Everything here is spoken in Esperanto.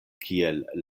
kiel